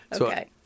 Okay